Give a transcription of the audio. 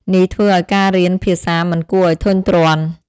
នេះធ្វើឲ្យការរៀនភាសាមិនគួរឲ្យធុញទ្រាន់។